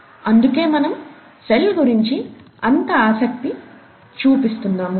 అందుకే మనం సెల్ గురించి అంత ఆసక్తి చూపిస్తున్నాము